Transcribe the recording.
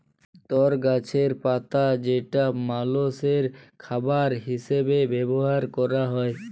তর গাছের পাতা যেটা মালষের খাবার হিসেবে ব্যবহার ক্যরা হ্যয়